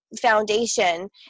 foundation